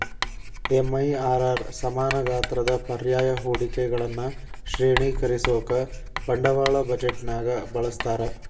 MIRR ಸಮಾನ ಗಾತ್ರದ ಪರ್ಯಾಯ ಹೂಡಿಕೆಗಳನ್ನ ಶ್ರೇಣೇಕರಿಸೋಕಾ ಬಂಡವಾಳ ಬಜೆಟ್ನ್ಯಾಗ ಬಳಸ್ತಾರ